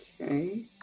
Okay